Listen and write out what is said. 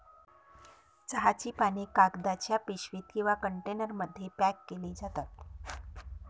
चहाची पाने कागदाच्या पिशवीत किंवा कंटेनरमध्ये पॅक केली जातात